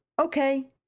okay